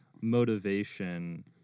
motivation